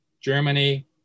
Germany